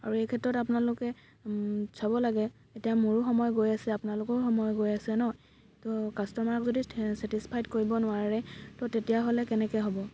আৰু এইক্ষেত্ৰত আপোনালোকে চাব লাগে এতিয়া মোৰো সময় গৈ আছে আপোনালোকৰো সময় গৈ আছে ন ত' কাষ্টমাৰক যদি চেটিছফাইড কৰিব নোৱাৰে ত' তেতিয়াহ'লে কেনেকৈ হ'ব